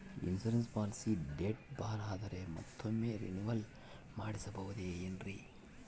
Insurance policy date bar ಆದರೆ ಮತ್ತೊಮ್ಮೆ renewal ಮಾಡಿಸಬಹುದೇ ಏನ್ರಿ?